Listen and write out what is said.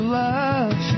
love